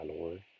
Lord